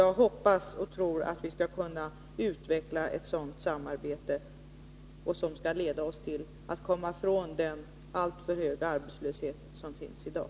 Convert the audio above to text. Jag hoppas och tror att vi skall kunna utveckla ett samarbete som leder oss bort från den alltför stora arbetslösheten i dag.